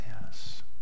yes